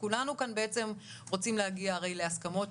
כולנו כאן בעצם רוצים להגיע להסכמות,